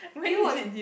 did you watch